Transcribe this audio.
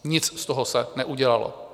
Nic z toho se neudělalo.